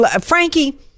Frankie